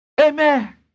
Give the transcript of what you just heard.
Amen